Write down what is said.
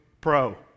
Pro